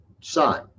son